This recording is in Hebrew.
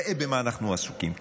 ראה במה אנחנו עסוקים,